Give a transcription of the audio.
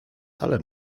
ale